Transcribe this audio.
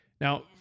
Now